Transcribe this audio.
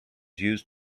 used